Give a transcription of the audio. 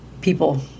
people